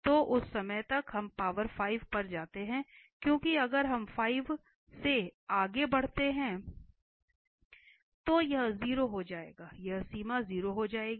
तो उस समय तक हम पावर 5 पर जाते हैं क्योंकि अगर हम 5 से आगे जाते हैं तो यह 0 हो जाएगा यह सीमा 0 हो जाएगी